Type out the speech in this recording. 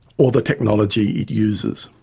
or the technology it uses.